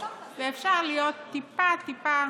ואפשר להיות טיפה טיפה